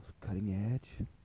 cutting-edge